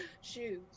shoes